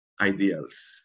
ideals